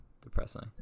Depressing